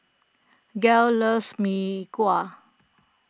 Gayle loves Mee Kuah